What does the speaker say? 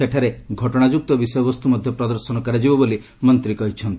ସେଠାରେ ଘଟଣା ଯୁକ୍ତ ବିଷୟବସ୍ତୁ ମଧ୍ୟ ପ୍ରଦର୍ଶନ କରାଯିବ ବୋଲି ମନ୍ତ୍ରୀ କହିଛନ୍ତି